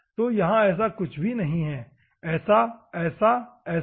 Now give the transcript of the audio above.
तो यहाँ ऐसा कुछ भी नहीं है ऐसा ऐसा ऐसा